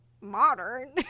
modern